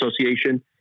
association